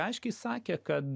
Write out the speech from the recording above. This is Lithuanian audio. aiškiai sakė kad